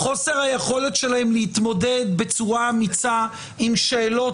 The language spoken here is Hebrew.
חוסר היכולת שלהם להתמודד בצורה אמיצה עם שאלות